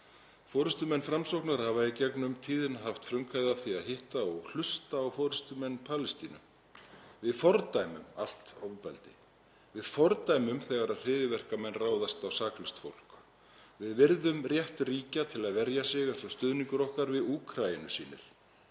Forystumenn Framsóknar hafa í gegnum tíðina haft frumkvæði að því að hitta og hlusta á forystumenn Palestínu. Við fordæmum allt ofbeldi. Við fordæmum þegar hryðjuverkamenn ráðast á saklaust fólk. Við virðum rétt ríkja til að verja sig eins og stuðningur okkar við Úkraínu sýnir.